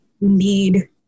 need